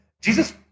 Jesus